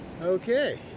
Okay